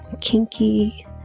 kinky